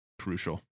crucial